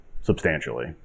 substantially